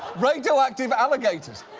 radioactive alligators!